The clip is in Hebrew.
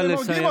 שהורגים אותו,